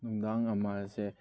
ꯅꯨꯡꯗꯥꯡ ꯑꯃꯁꯦ